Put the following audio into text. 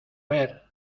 ver